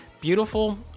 Beautiful